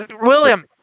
William